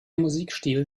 musikstil